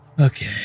Okay